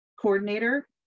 coordinator